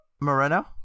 Moreno